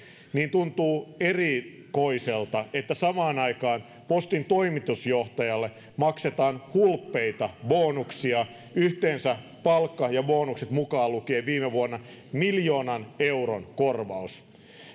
tuntuu erikoiselta että samaan aikaan postin toimitusjohtajalle maksetaan hulppeita bonuksia palkka ja bonukset mukaan lukien viime vuonna yhteensä miljoonan euron korvaus